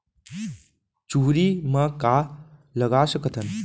चुहरी म का लगा सकथन?